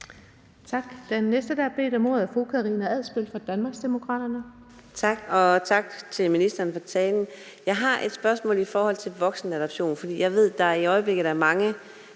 Tak. Den næste, der har bedt om ordet, er fru Karina Adsbøl fra Danmarksdemokraterne. Kl. 12:06 Karina Adsbøl (DD): Tak, og tak til ministeren for talen. Jeg har et spørgsmål i forhold til voksenadoption, for jeg ved, der i øjeblikket er mange